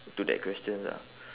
to that questions lah